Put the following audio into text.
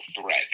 threat